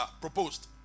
proposed